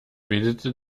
wedelte